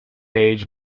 age